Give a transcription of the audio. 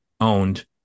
owned